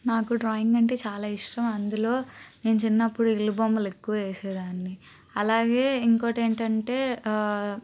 నాకు డ్రాయింగ్ అంటే చాల ఇష్టం అందులో నేను చిన్నపుడు ఇల్లు బొమ్మలు ఎక్కువ ఏసేదాన్ని అలాగే ఇంకోటి ఏంటంటే